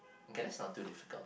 okay that's not too difficult